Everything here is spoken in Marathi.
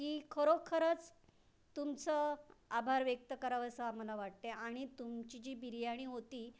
की खरोखरच तुमचं आभार व्यक्त करावंसं आम्हाला वाटते आणि तुमची जी बिर्याणी होती